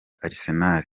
arsenal